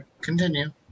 continue